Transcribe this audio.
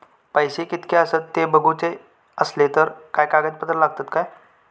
पैशे कीतके आसत ते बघुचे असले तर काय कागद पत्रा लागतात काय?